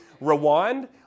rewind